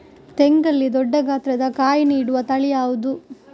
ತೆಂಗಲ್ಲಿ ದೊಡ್ಡ ಗಾತ್ರದ ಕಾಯಿ ನೀಡುವ ತಳಿ ಯಾವುದು?